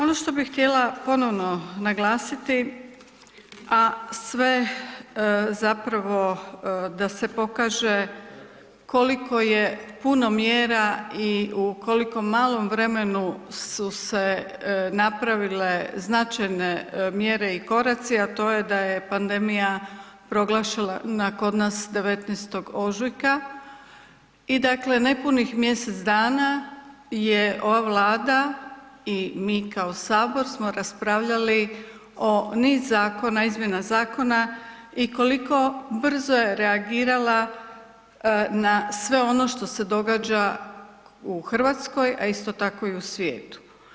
Ono što bi htjela ponovno naglasiti a sve zapravo da se pokaže koliko je puno mjera i u kolikom malom vremenu su se napravile značajne mjere i koraci a to je da je pandemija proglašena kod nas 19. ožujka i dakle, nepunih mjesec dana je ova Vlada i mi kao Sabor smo raspravljali o niz zakon, izmjena zakona i koliko brzo je reagirala na sve ono što se događa u Hrvatskoj a isto tako i u svijetu.